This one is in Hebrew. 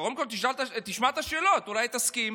קודם כול, תשמע את השאלות, אולי היא תסכים.